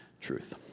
truth